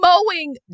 mowing